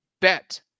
bet